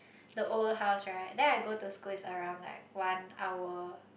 the old house right then I go to school is around like one hour